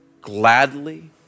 gladly